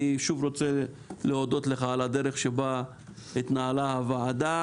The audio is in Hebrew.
אני שוב מודה לך על הדרך שבה התנהלה הוועדה